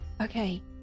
Okay